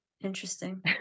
Interesting